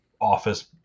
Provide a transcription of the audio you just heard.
office